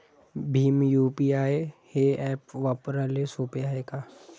Bhim UPI हे app वापराले सोपे हाय का?